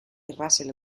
russell